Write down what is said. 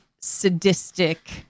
sadistic